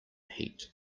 heat